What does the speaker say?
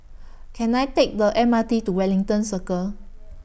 Can I Take The M R T to Wellington Circle